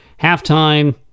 Halftime